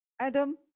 Adam